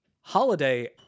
Holiday